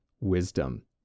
wisdom